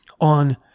on